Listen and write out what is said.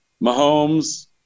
Mahomes